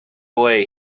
way